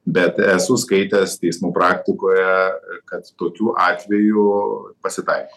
bet esu skaitęs teismų praktikoje kad tokių atvejų pasitaiko